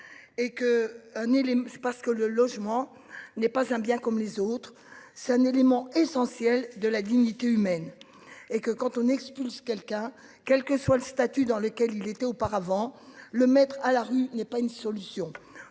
c'est parce que le logement n'est pas un bien comme les autres, c'est un élément essentiel de la dignité humaine et que quand on expulse quelqu'un, quel que soit le statut dans lequel il était auparavant le mettre à la rue n'est pas une solution,